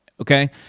okay